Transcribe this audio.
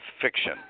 fiction